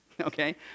Okay